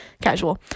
casual